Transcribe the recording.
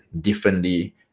differently